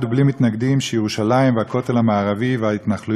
שירושלים והכותל המערבי וההתנחלויות הם שטחים כבושים.